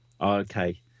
Okay